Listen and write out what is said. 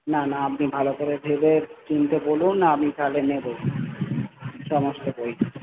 না না আপনি ভালো করে ভেবেচিন্তে বলুন আমি তাহলে নেব সমস্ত বই